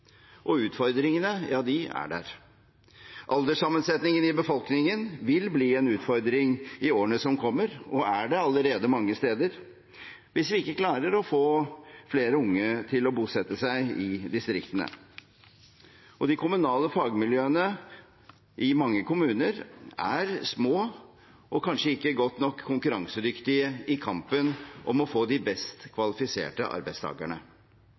Og utfordringene er der: Alderssammensetningen i befolkningen vil bli en utfordring i årene som kommer – og er det mange steder allerede – hvis vi ikke klarer å få flere unge til å bosette seg i distriktene. De kommunale fagmiljøene i mange kommuner er små og kanskje ikke konkurransedyktige nok i kampen om å få de best kvalifiserte